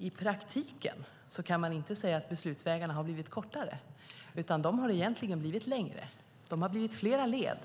I praktiken kan man inte säga att beslutsvägarna har blivit kortare, utan de har egentligen blivit längre. Det har blivit flera led.